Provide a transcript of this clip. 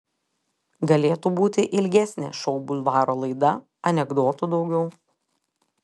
galėtų būti ilgesnė šou bulvaro laida anekdotų daugiau